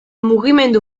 mugimendu